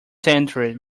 century